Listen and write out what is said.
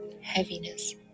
heaviness